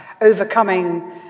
overcoming